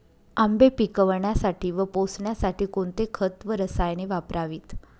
आंबे पिकवण्यासाठी व पोसण्यासाठी कोणते खत व रसायने वापरावीत?